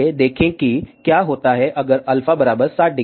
आइए देखें कि क्या होता है अगर α 600